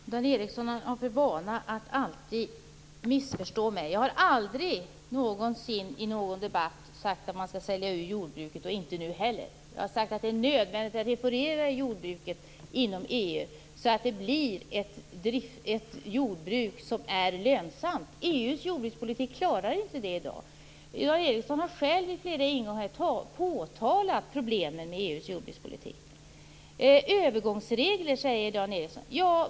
Fru talman! Dan Ericsson har för vana att missförstå mig. Jag har aldrig någonsin i någon debatt sagt att man skall sälja ut jordbruket. Det säger jag inte nu heller. Vad jag har sagt är att det är nödvändigt att reformera jordbruket inom EU så att jordbruket blir lönsamt. EU:s jordbrukspolitik klarar inte det i dag. Dan Ericsson har flera gånger påtalat problemen med Dan Ericsson talar om övergångsregler.